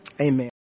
Amen